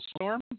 storm